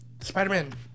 Spider-Man